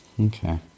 Okay